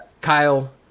kyle